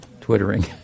Twittering